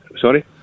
Sorry